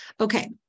Okay